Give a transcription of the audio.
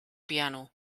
piano